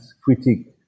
critique